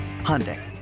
Hyundai